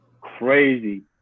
crazy